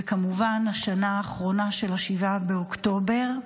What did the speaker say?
וכמובן, השנה האחרונה של 7 באוקטובר.